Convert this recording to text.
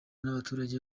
n’abaturage